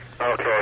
Okay